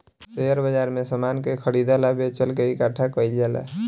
share बाजार में समान के खरीदल आ बेचल के इकठ्ठा कईल जाला